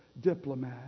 Diplomat